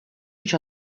each